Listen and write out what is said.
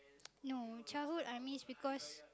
no childhood I miss because